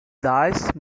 dice